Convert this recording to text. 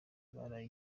baraye